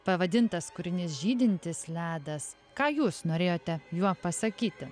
pavadintas kūrinys žydintis ledas ką jūs norėjote juo pasakyti